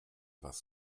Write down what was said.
was